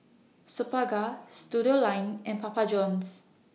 Superga Studioline and Papa Johns